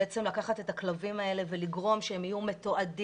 בעצם לקחת את הכלבים האלה ולגרום שהם יהיו מתועדים